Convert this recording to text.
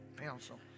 Pencil